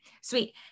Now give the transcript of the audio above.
sweet